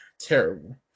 terrible